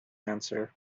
answer